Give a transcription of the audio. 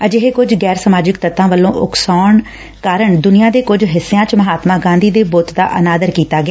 ਅਜਿਹੇ ਕੁਝ ਗੈਰ ਸਮਾਜਿਕ ਤੱਤਾਂ ਵੱਲੋਂ ਉਤਸ਼ਾਹ ਮਿਲਣ ਕਾਰਨ ਦੁਨੀਆਂ ਦੇ ਕੁਝ ਹਿੱਸਿਆਂ ਚ ਮਹਾਤਮਾ ਗਾਂਧੀ ਦੇ ਬੁੱਤ ਦਾ ਅਨਾਦਰ ਕੀਤਾ ਗਿਆ